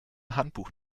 handbuch